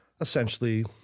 essentially